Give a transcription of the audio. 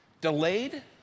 delayed